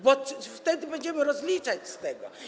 Bo wtedy będziemy rozliczać z tego.